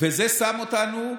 וזה שם אותנו,